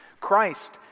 Christ